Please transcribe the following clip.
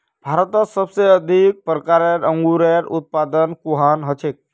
भारतत सबसे अधिक प्रकारेर अंगूरेर उत्पादन कुहान हछेक